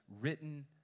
Written